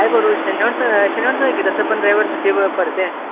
काय करू शनिवारचा शनिवारंच आहे की तसं पण रविवार सुट्टी पडते